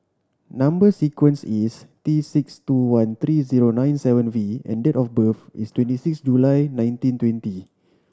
number sequence is T six two one three zero nine seven V and date of birth is twenty six July nineteen twenty